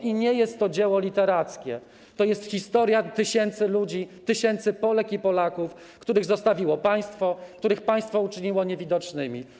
I nie jest to dzieło literackie, to jest historia tysięcy ludzi, tysięcy Polek i Polaków, których zostawiło państwo, których państwo uczyniło niewidocznymi.